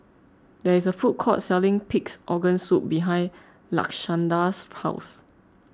there is a food court selling Pig's Organ Soup behind Lashanda's house